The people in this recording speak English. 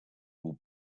will